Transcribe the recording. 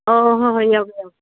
ꯑꯣ ꯍꯣꯏ ꯍꯣꯏ ꯌꯥꯎꯒꯦ ꯌꯥꯎꯒꯦ